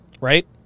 right